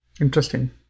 Interesting